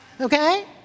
okay